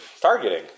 targeting